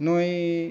ᱱᱩᱭ